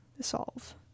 solve